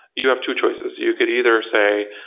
you have two choices you could either say,